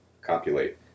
copulate